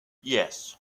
yes